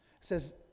says